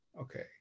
okay